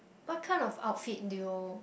what kind of outfit do you